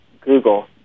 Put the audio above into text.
Google